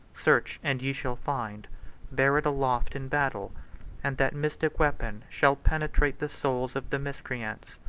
search, and ye shall find bear it aloft in battle and that mystic weapon shall penetrate the souls of the miscreants.